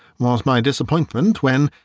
was my disappointment when,